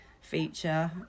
feature